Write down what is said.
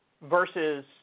versus